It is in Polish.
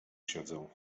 siedzę